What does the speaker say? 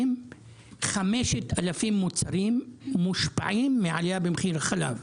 5,000 מוצרים מושפעים מעלייה במחיר החלב,